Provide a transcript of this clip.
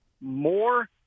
more